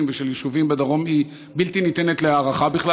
ושל יישובים בדרום היא בלתי ניתנת להערכה בכלל.